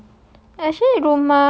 ya